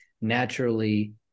naturally